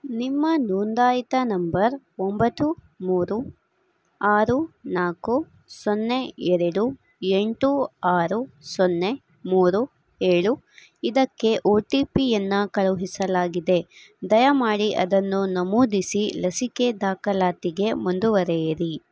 ನಿಮ್ಮ ನೋಂದಾಯಿತ ನಂಬರ್ ಒಂಬತ್ತು ಮೂರು ಆರು ನಾಲ್ಕು ಸೊನ್ನೆ ಎರಡು ಎಂಟು ಆರು ಸೊನ್ನೆ ಮೂರು ಏಳು ಇದಕ್ಕೆ ಒ ಟಿ ಪಿಯನ್ನು ಕಳುಹಿಸಲಾಗಿದೆ ದಯಮಾಡಿ ಅದನ್ನು ನಮೂದಿಸಿ ಲಸಿಕೆ ದಾಖಲಾತಿಗೆ ಮುಂದುವರೆಯಿರಿ